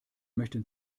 möchten